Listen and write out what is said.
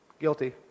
Guilty